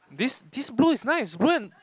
this this blue is nice